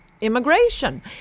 immigration